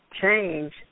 change